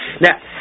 Now